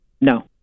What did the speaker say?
No